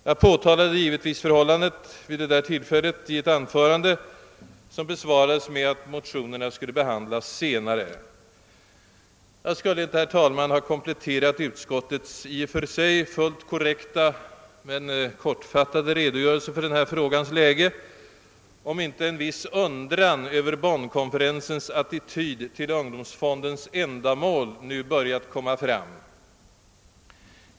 Jag påtalade givetvis förhållandet i ett anförande, som besvarades med att motionerna skulle behandlas senare. Jag skulle inte ha kompletterat utskottets i och för sig fullt korrekta men kortfattade redogörelse för denna frågas läge för dagen, om inte en viss undran över Bonnkonferensens attityd till ungdomsfondens ändamål nu börjat förmärkas.